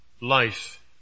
Life